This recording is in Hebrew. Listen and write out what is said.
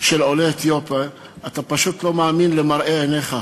של עולי אתיופיה אתה פשוט לא מאמין למראה עיניך,